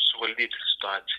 suvaldyti situaciją